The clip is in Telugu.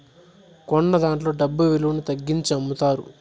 కొన్నదాంట్లో డబ్బు విలువను తగ్గించి అమ్ముతారు